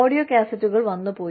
audio കാസറ്റുകൾ വന്നു പോയി